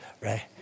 right